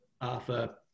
Arthur